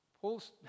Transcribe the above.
Paul's